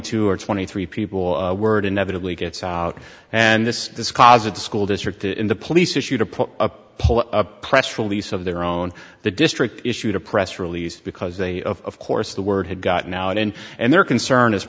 two or twenty three people word inevitably gets out and this this causes the school district the police issue to put up a press release of their own the district issued a press release because they of course the word had gotten out and and their concern is